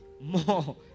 more